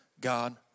God